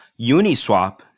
Uniswap